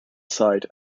aside